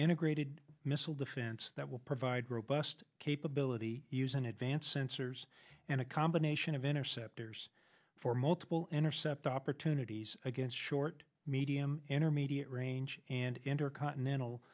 integrated missile defense that will provide robust capability using advanced sensors and a combination of interceptors for multiple intercept opportunities against short medium intermediate range and intercontinental